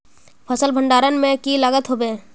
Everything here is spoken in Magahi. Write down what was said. फसल भण्डारण में की लगत होबे?